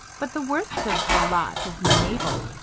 but the worst of the lot is mabel,